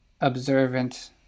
observant